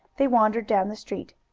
they wandered down the street.